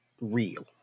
real